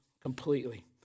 completely